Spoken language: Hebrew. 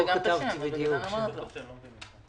כ"ב בשבט התשפ"א הנני מתכבד להודיעך